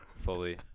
fully